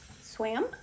swam